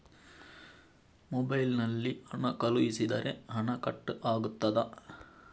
Mobile ನಲ್ಲಿ ಹಣ ಕಳುಹಿಸಿದರೆ ಹಣ ಕಟ್ ಆಗುತ್ತದಾ?